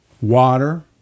water